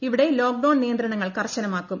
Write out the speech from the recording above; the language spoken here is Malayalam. ഇവിടെ ലോക്ഡൌൺ നിയന്ത്രണങ്ങൾ കർശനമാക്കും